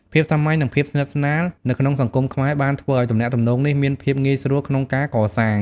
ភាពសាមញ្ញនឹងភាពស្និទ្ធស្នាលនៅក្នុងសង្គមខ្មែរបានធ្វើឱ្យទំនាក់ទំនងនេះមានភាពងាយស្រួលក្នុងការកសាង។